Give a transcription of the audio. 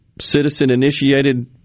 citizen-initiated